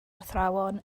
athrawon